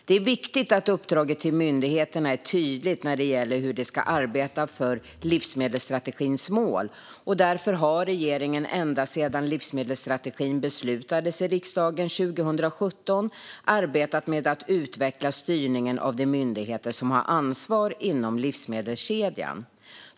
Det är viktigt att uppdraget till myndigheterna är tydligt när det gäller hur de ska arbeta för livsmedelsstrategins mål. Därför har regeringen ända sedan livsmedelsstrategin beslutades i riksdagen 2017 arbetat med att utveckla styrningen av de myndigheter som har ansvar inom livsmedelskedjan.